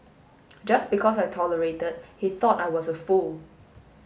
just because I tolerated he thought I was a fool